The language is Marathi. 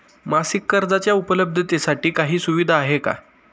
मासिक कर्जाच्या उपलब्धतेसाठी काही सुविधा आहे का?